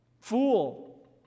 Fool